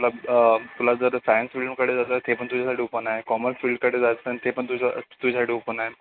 तुला तुला जर सायन्स फील्डकडे जायचं असेल ते पण तुझ्यासाठी ओपन आहे कॉमर्स फील्डकडे जायचं असेल ते पण तुज तुझ्यासाठी ओपन आहे